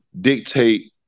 dictate